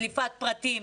דליפת פרטים?